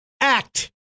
act